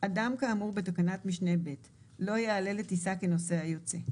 אדם כאמור בתקנת משנה (ב) לא יעלה לטיסה כנוסע יוצא,